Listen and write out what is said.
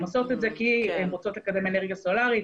הן עושות את זה כי הן רוצות לקדם אנרגיה סולאריות,